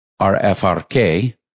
RFRK